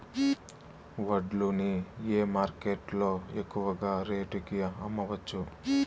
వడ్లు ని ఏ మార్కెట్ లో ఎక్కువగా రేటు కి అమ్మవచ్చు?